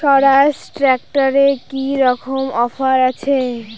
স্বরাজ ট্র্যাক্টরে কি রকম অফার আছে?